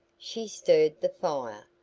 she stirred the fire,